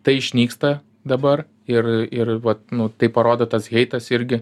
tai išnyksta dabar ir ir vat nu tai parodo tas heitas irgi